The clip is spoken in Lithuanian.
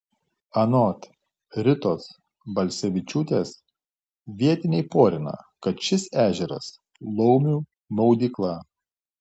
anot ritos balsevičiūtės vietiniai porina kad šis ežeras laumių maudykla